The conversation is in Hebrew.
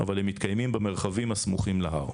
אבל הם מתקיימים במרחבים הסמוכים להר.